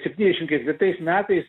septyniasdešim ketvirtais metais